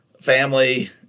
family